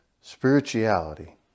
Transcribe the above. spirituality